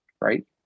right